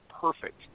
perfect